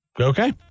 Okay